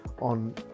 on